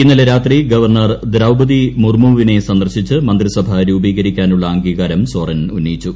ഇന്നലെ രാത്രി ഗവർണ്ണർ ദ്രൌപതി മുർമുവുവിനെ സന്ദർശിച്ച് മന്ത്രിസഭ രൂപീകരിക്കാനുള്ള അംഗീകാരം സോറൻ ഉന്നയിച്ചു